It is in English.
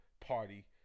Party